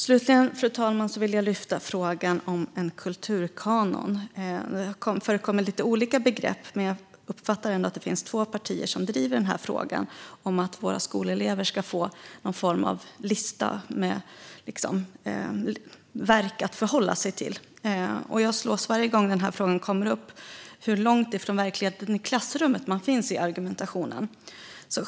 Slutligen vill jag lyfta frågan om en kulturkanon, fru talman. Det förekommer lite olika begrepp, men jag uppfattar ändå att det finns två partier som driver frågan om att våra skolelever ska få någon form av lista över verk att förhålla sig till. Varje gång frågan kommer upp slås jag av hur långt ifrån verkligheten i klassrummen man befinner sig i argumentationen.